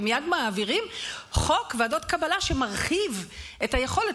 ומייד מעבירים חוק ועדות קבלה שמרחיב את היכולת